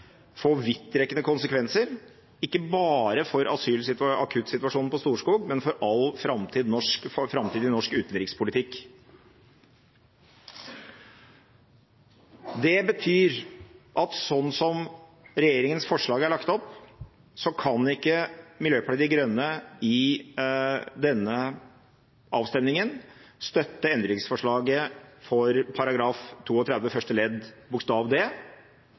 få vidtrekkende konsekvenser ikke bare for akuttsituasjonen på Storskog, men for all framtid i norsk utenrikspolitikk. Det betyr at sånn som regjeringens forslag er lagt opp, kan ikke Miljøpartiet De Grønne i denne avstemningen støtte endringsforslaget til § 32 første ledd bokstav d.